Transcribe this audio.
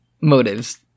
motives